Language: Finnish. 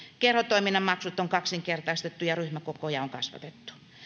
kerhotoiminnan maksut on kaksinkertaistettu ja ryhmäkokoja on kasvatettu